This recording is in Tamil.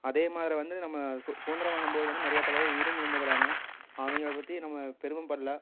அதேமாரி வந்து நம்ம சு சுதந்திரம் வாங்கும்போது வந்து நிறையா தலைவர் உயிரும் இழந்துருக்காங்க அவங்கள பற்றி நம்ம பெருமைம்பட்ல